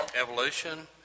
evolution